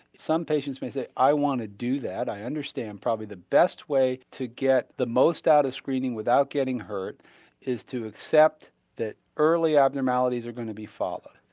some patients may say, i want to do that. i understand probably the best way to get the most out of screening without getting hurt is to accept that early abnormalities are going to be followed.